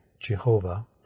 Jehovah